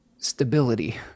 stability